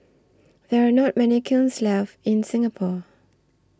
there are not many kilns left in Singapore